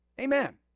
amen